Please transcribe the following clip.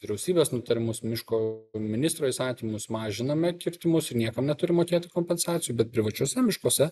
vyriausybės nutarimus miško ministro įsakymus mažinome kirtimus ir niekam neturi mokėti kompensacijų bet privačiuose miškuose